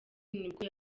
nibwo